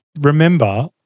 remember